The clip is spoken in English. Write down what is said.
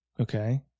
Okay